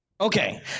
Okay